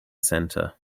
center